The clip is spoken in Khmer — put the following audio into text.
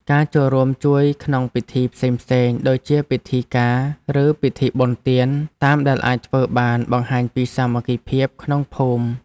ការចូលរួមជួយក្នុងពិធីផ្សេងៗដូចជាពិធីការឬពិធីបុណ្យទានតាមដែលអាចធ្វើបានបង្ហាញពីសាមគ្គីភាពក្នុងភូមិ។